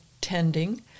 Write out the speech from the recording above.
tending